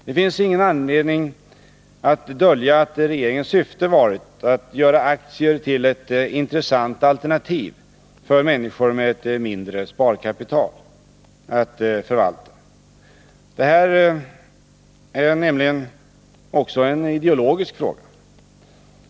Det finns ingen anledning att dölja att regeringens syfte varit att göra aktier till ett intressant alternativ för människor med ett mindre sparkapital att förvalta. Det här är nämligen också en ideologisk fråga.